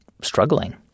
struggling